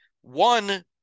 One